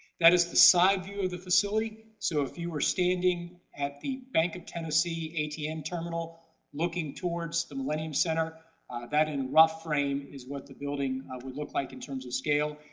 that is the side view of the facility, so if you were standing at the bank of tennessee atm terminal looking towards the millennium centre that in rough frame is what the building would look like in terms of scale.